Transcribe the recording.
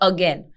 Again